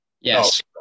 Yes